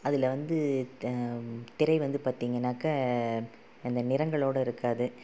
அதில் வந்து திரை வந்து பார்த்திங்கன்னாக்க அந்த நிறங்களோடய இருக்காது